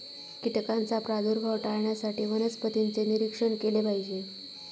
कीटकांचा प्रादुर्भाव टाळण्यासाठी वनस्पतींचे निरीक्षण केले पाहिजे